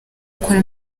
akora